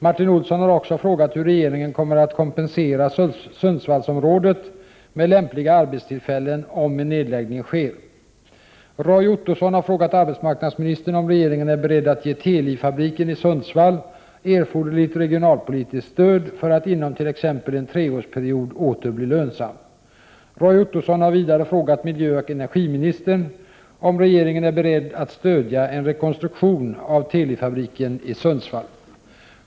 Martin Olsson har också frågat hur regeringen kommer att kompensera Sundsvallsområdet med lämpliga arbetstillfällen om en nedläggning sker. Roy Ottosson har frågat arbetsmarknadsministern om regeringen är beredd att ge Teli-fabriken i Sundsvall erforderligt regionalpolitiskt stöd för att inom t.ex. en treårsperiod åter bli lönsam. Roy Ottosson har vidare frågat miljöoch energiministern om regeringen är beredd att stödja en rekonstruktion av Teli-fabriken i Sundsvall.